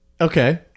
Okay